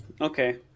Okay